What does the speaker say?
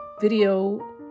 video